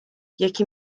یکی